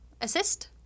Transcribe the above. assist